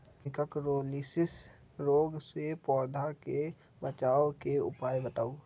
निककरोलीसिस रोग से पौधा के बचाव के उपाय बताऊ?